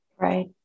Right